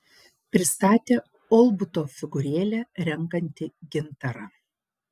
pristatė olbuto figūrėlę renkanti gintarą